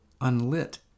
unlit